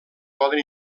poden